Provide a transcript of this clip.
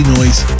Noise